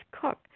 cook